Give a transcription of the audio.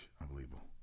Unbelievable